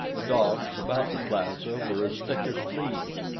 the dogs about the plaza were as thick as fleas,